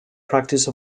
practice